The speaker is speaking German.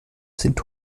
sind